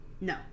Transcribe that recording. No